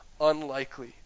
unlikely